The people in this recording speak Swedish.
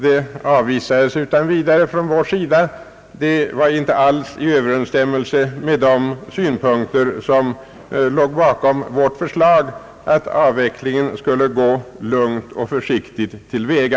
Det avvisade vi utan vidare, ty det var inte alls i överensstämmelse med de synpunkter som låg bakom vårt förslag att avvecklingen skulle gå lugnt och försiktigt till väga.